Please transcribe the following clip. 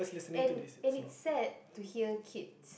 and and it's sad to hear kids